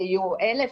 אלו יהיה אלף,